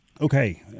Okay